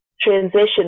transition